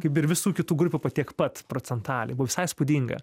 kaip ir visų kitų grupių po tiek pat procentaliai buvo visai įspūdinga